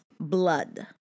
blood